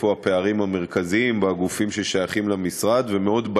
הפערים המרכזיים בגופים ששייכים למשרד ואיפה הם.